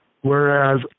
Whereas